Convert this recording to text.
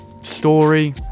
story